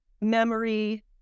memory